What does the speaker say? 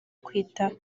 kwita